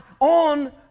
on